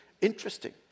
interesting